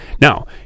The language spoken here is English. now